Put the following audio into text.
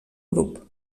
grup